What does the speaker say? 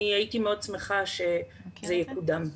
אני הייתי מאוד שמחה שזה יקודם.